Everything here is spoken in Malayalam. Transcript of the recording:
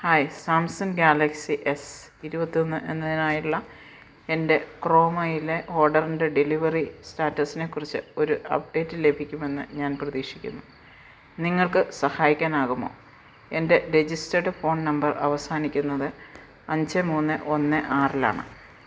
ഹായ് സാംസങ് ഗാലക്സി എസ് ഇരുപത്തൊന്ന് എന്നതിനായുള്ള എൻ്റെ ക്രോമയിലെ ഓഡറിൻ്റെ ഡെലിവറി സ്റ്റാറ്റസിനെക്കുറിച്ച് ഒരു അപ്ഡേറ്റ് ലഭിക്കുമെന്ന് ഞാൻ പ്രതീക്ഷിക്കുന്നു നിങ്ങൾക്ക് സഹായിക്കാനാകുമോ എൻ്റെ രെജിസ്റ്റേർഡ് ഫോൺ നമ്പർ അവസാനിക്കുന്നത് അഞ്ച് മൂന്ന് ഒന്ന് ആറിലാണ്